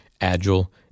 agile